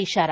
इशारा